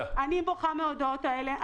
אני בוכה מההודעות האלה.